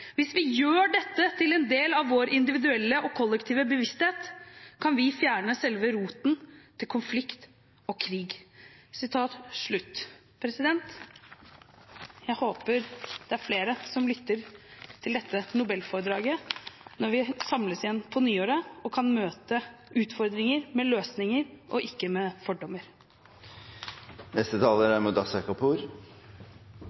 hvis vi gjør dette til en del av vår individuelle og kollektive bevissthet, kan vi fjerne selve roten til konflikt og krig.» Jeg håper det er flere som lytter til dette nobelforedraget, og at vi kan samles igjen på nyåret og møte utfordringer med løsninger og ikke med fordommer.